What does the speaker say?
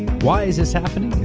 why is this happening?